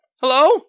Hello